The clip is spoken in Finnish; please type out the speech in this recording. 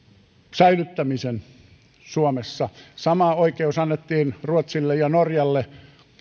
säilyttämisen suomessa sama oikeus annettiin ruotsille ja norjalle